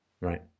Right